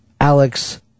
Alex